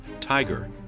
TIGER